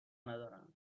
ندارم